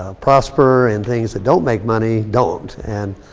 ah prosper. and things that don't make money, don't. and